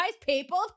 people